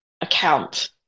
account